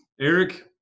Eric